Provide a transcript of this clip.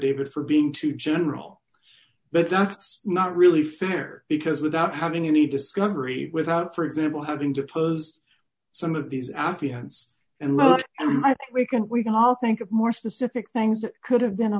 affidavit for being too general but that's not really fair because without having any discovery without for example having to pose some of these affiance and not and i think we can we can all think of more specific things that could have been a